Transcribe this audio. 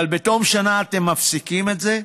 אבל בתום שנה אתם מפסיקים את זה?